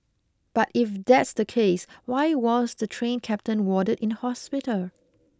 but if that's the case why was the train captain warded in hospital